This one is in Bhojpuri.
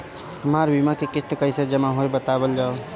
हमर बीमा के किस्त कइसे जमा होई बतावल जाओ?